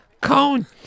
Cone